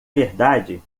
verdade